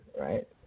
right